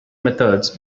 methods